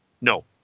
No